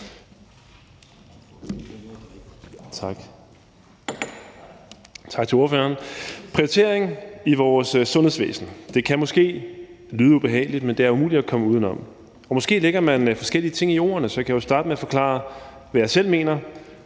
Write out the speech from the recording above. Tak, og tak til ordføreren. Prioritering i vores sundhedsvæsen – det kan måske lyde ubehageligt, men det er umuligt at komme udenom. Måske lægger man forskellige ting i ordene, så jeg kan jo starte med at forklare, hvad jeg selv mener,